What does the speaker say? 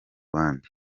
bandi